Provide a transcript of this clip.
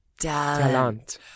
talent